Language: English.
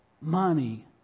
money